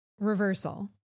reversal